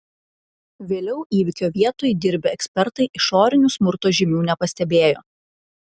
vėliau įvykio vietoj dirbę ekspertai išorinių smurto žymių nepastebėjo